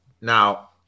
Now